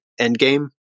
endgame